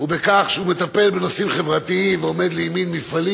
ובכך שהוא מטפל בנושאים חברתיים ועומד לימין מפעלים,